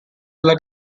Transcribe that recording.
della